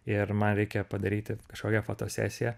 ir man reikia padaryti kažkokią fotosesiją